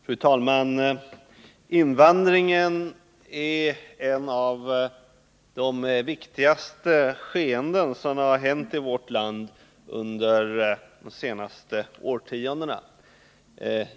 Fru talman! Invandringen är en av de viktigaste händelserna i vårt land under de senaste årtiondena.